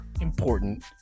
important